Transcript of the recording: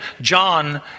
John